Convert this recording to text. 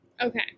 Okay